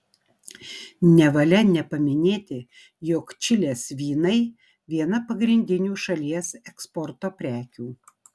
nevalia nepaminėti jog čilės vynai viena pagrindinių šalies eksporto prekių